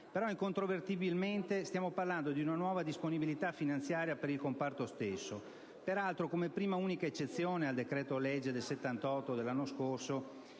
però incontrovertibilmente stiamo parlando di una nuova disponibilità finanziaria per il comparto stesso, peraltro come prima e unica eccezione al decreto-legge n. 78 dell'anno scorso,